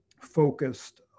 focused